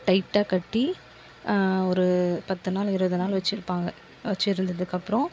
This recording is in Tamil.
டைட்டாக கட்டி ஒரு பத்து நாள் இருபது நாள் வச்சுருப்பாங்க வச்சுருந்ததுக்கு அப்புறம்